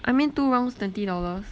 I mean two rounds twenty dollars